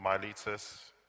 Miletus